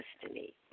destiny